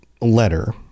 letter